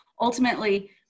Ultimately